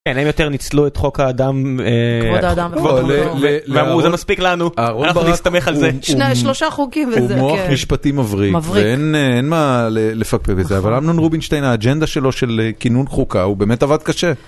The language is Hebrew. הם יותר ניצלו את חוק האדם, כבוד האדם, ואמרו זה מספיק לנו, אנחנו נסתמך על זה. שלושה חוקים וזה, כן. הוא מוח משפטי מבריק. מבריק. אין מה לפקפק בזה, אבל אמנון רובינשטיין, האג'נדה שלו של כינון חוקה, הוא באמת עבד קשה.